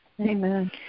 Amen